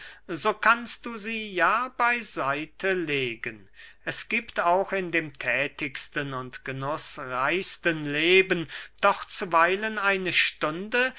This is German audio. so kannst du sie ja bey seite legen es giebt auch in dem thätigsten und genußreichsten leben doch zuweilen eine stunde